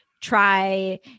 try